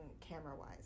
camera-wise